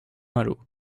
malo